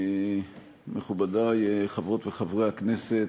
מכובדי חברות וחברי הכנסת,